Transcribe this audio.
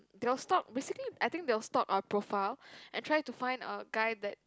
they will stalk basically I think they will stalk our profile and try to find a guy that